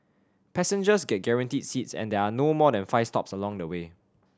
passengers get guaranteed seats and there are no more than five stops along the way